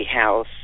house